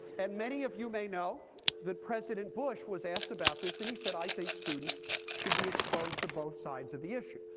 and many of you may know that president bush was asked about this, and he said, i think students should be exposed to both sides of the issues,